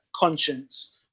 conscience